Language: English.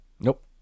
Nope